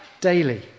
daily